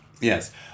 Yes